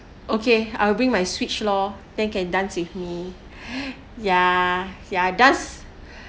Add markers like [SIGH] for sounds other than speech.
okay I'll bring my switch lor then can dance with me [BREATH] ya ya dance